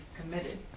committed